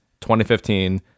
2015